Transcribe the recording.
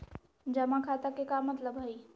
जमा खाता के का मतलब हई?